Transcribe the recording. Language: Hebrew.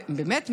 באמת,